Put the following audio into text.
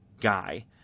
guy